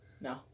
No